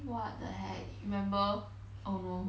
what the heck remember oh no